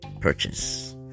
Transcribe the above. purchase